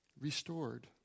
restored